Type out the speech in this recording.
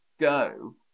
go